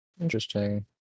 Interesting